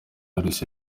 knowless